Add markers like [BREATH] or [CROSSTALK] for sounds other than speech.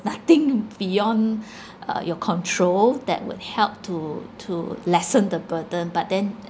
nothing [LAUGHS] beyond [BREATH] uh your control that would help to to lessen the burden but then